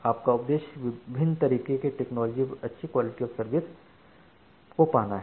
आपका उद्देश्य भिन्न तरीके के टेक्नोलॉजी पर अच्छी क्वालिटी ऑफ़ सर्विस को पाना है